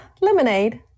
Lemonade